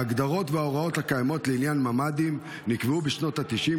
ההגדרות וההוראות הקיימות לעניין ממ"דים נקבעו בשנות התשעים,